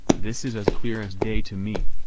this is as clear as day to me.